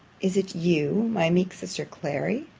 is it you, my meek sister clary?